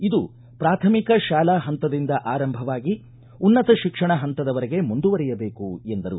ಇದು ಪ್ರಾಥಮಿಕ ಶಾಲಾ ಪಂತದಿಂದ ಆರಂಭವಾಗಿ ಉನ್ನತ ಶಿಕ್ಷಣ ಪಂತದ ವರೆಗೆ ಮುಂದುವರಿಯಬೇಕು ಎಂದರು